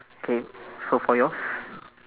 K so for yours